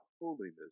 holiness